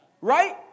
Right